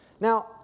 Now